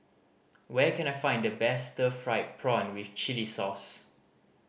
where can I find the best stir fried prawn with chili sauce